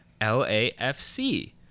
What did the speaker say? lafc